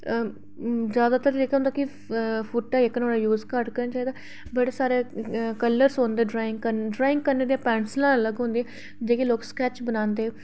ते जैदातर जेह्का होंदा फुट्टा नुपहाड़ा यूज़ घट्ट करना चाहिदा बड़े सारे कलर्स होंदे ड्राइंग करने ताहीं ड्राइंग करने दियां पैंसिलां अलग होंदियां जेह्के लोग स्कैच बनांदे